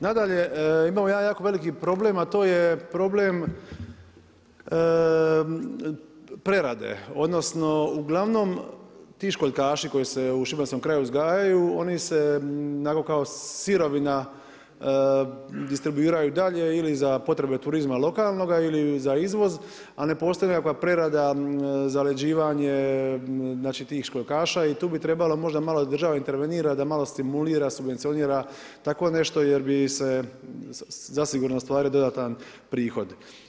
Nadalje, imamo jedan jako veliki problem, a to je problem prerade odnosno uglavnom ti školjkaši koji se u šibenskom kraju uzgajaju oni se onako kao sirovina distribuiraju dalje ili za potrebe turizma lokalnoga ili za izvoz, ali ne postoji nekakva prerada, zaleđivanje tih školjkaša i tu bi trebalo možda malo država intervenirati da malo stimulira, subvencionira tako nešto jer bi se zasigurno stvarao dodatan prihod.